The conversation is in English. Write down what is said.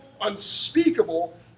unspeakable